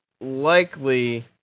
likely